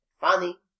funny